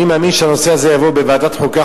אני מאמין שהנושא הזה יבוא לוועדת החוקה,